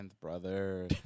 brother